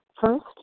first